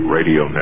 Radio